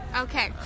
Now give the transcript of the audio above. Okay